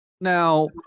Now